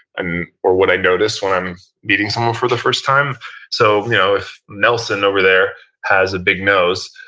and or what i notice when i'm meeting someone for the first time so you know if nelson over there has a big nose,